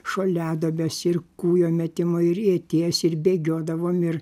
šuoliaduobes ir kūjo metimo ir ieties ir bėgiodavom ir